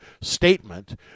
statement